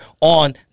on